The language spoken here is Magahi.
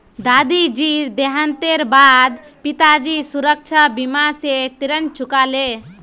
दादाजीर देहांतेर बा द पिताजी सुरक्षा बीमा स ऋण चुका ले